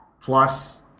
plus